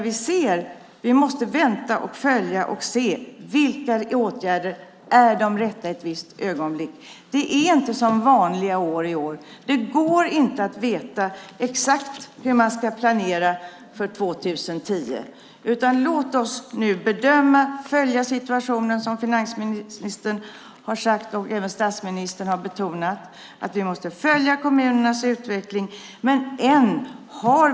Vi måste vänta, följa och se vilka åtgärder som är de rätta i ett visst ögonblick. Det är inte som vanliga år i år. Det går inte att veta exakt hur man ska planera för 2010. Låt oss nu bedöma och följa situationen, som finansministern har sagt. Även statsministern har betonat att vi måste följa utvecklingen i kommunerna.